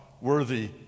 worthy